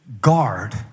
guard